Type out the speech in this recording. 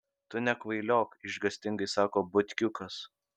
tu nekvailiok išgąstingai sako butkiukas